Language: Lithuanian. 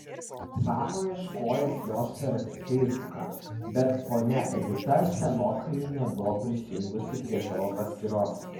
sako ieškojęs jos per feisbuką bet ponia edita senokai nebuvo prisijungusi prie savo paskyros